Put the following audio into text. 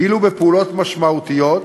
ואילו בפעולות משמעותיות,